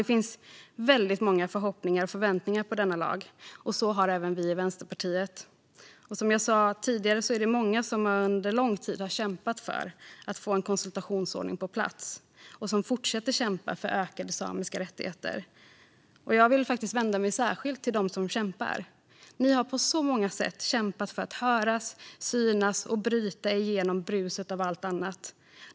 Det finns många förhoppningar och förväntningar på denna lag, även från oss i Vänsterpartiet. Som jag sa tidigare är det många som under lång tid har kämpat för att få en konsultationsordning på plats och som fortsätter att kämpa för ökade samiska rättigheter. Jag vill vända mig särskilt till er som kämpar. Ni har på många sätt kämpat för att höras, synas och bryta igenom bruset av allt annat.